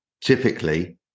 typically